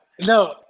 No